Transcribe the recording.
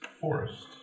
forest